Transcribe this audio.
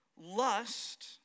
lust